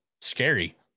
scary